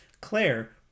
Claire